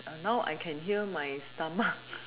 now I can hear my stomach